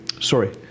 sorry